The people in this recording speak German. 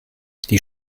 die